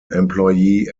employee